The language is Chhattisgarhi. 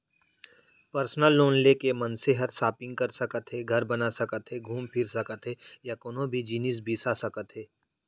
परसनल लोन ले के मनसे हर सॉपिंग कर सकत हे, घर बना सकत हे घूम फिर सकत हे या कोनों भी जिनिस बिसा सकत हे